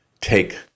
take